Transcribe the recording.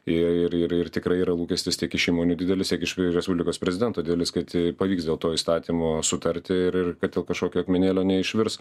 ir ir ir ir tikrai yra lūkestis tiek iš įmonių didelis tiek iš respublikos prezidento didelis kad e pavyks dėl to įstatymo sutarti ir ir kad dėl kažkokio akmenėlio neišvirs